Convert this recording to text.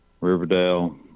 Riverdale